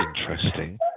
interesting